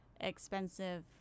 expensive